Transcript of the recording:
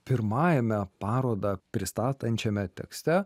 pirmajame parodą pristatančiame tekste